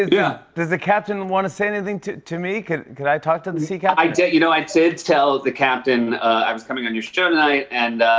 yeah. does the captain want to say anything to to me? can can i talk to the sea captain? i did you know i did tell the captain i was coming on your show tonight. and,